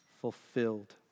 fulfilled